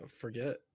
forget